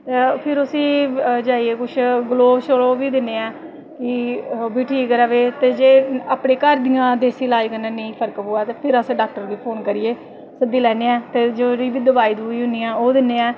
फिर उसी जाइयै कुछ ग्लोऽ श्लो बी दि'न्ने ऐं ओह् बी ठीक र'वै ते अपने घर दि'यां देसी लाज करने आं फर्क नेई प'वै ते फिर अस डॉक्टर गी फोन करियै सद्दी लैन्ने आं ते जेह्ड़ी दवाई दवूई होंदी ऐ ओह् दि'न्ने आं